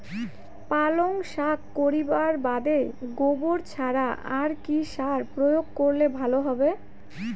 পালং শাক করিবার বাদে গোবর ছাড়া আর কি সার প্রয়োগ করিলে ভালো হবে?